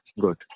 good